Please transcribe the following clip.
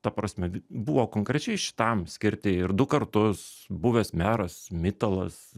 ta prasme buvo konkrečiai šitam skirti ir du kartus buvęs meras mitalas